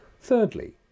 Thirdly